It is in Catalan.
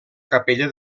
capella